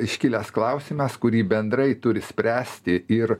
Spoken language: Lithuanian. iškilęs klausimas kurį bendrai turi spręsti ir